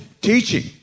teaching